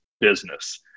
business